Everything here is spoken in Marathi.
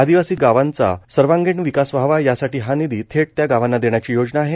आदिवासी भागातील गावांचा सर्वांगीण विकास व्हावा यासाठी हा निधी थेट त्या गावांना देण्याची योजना आहे